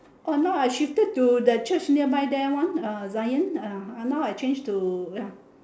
oh now I shifted to the church nearby there one ah zion ah now I change to ya